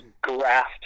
graft